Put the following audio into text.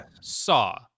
Saw